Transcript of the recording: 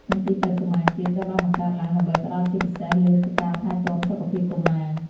មន្ទីរពេទ្យកុមារជាតិ ត្រូវបានបង្កើតឡើងដើម្បីផ្ដោតជាពិសេសលើការថែទាំសុខភាពកុមារ។